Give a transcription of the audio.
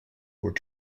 were